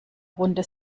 runde